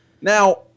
Now